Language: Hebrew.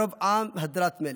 ברוב עם הדרת מלך.